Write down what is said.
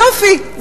יופי,